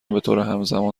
بطورهمزمان